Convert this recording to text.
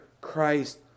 Christ